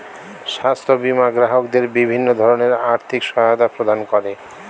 স্বাস্থ্য বীমা গ্রাহকদের বিভিন্ন ধরনের আর্থিক সহায়তা প্রদান করে